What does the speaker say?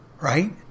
right